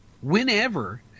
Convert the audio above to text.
whenever